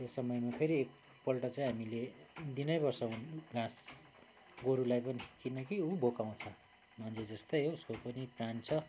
त्यो समयमा फेरि एकपल्ट चाहिँ हामीले दिनैपर्छ घाँस गोरुलाई पनि किन कि ऊ भोकाउँछ मान्छे जस्तै हो उसको पनि प्राण छ